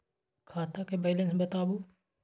खाता के बैलेंस बताबू?